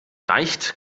reicht